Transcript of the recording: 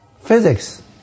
Physics